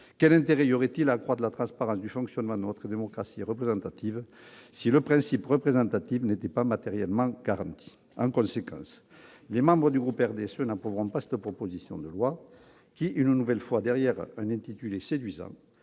Quel intérêt y aurait-il à accroître la transparence du fonctionnement de notre démocratie représentative si le principe représentatif n'était pas matériellement garanti ? En conséquence, les membres du groupe du RDSE n'approuveront pas cette proposition de loi, qui, une nouvelle fois, sous un intitulé séduisant,